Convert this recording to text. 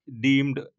deemed